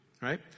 right